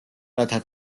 რათა